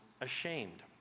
ashamed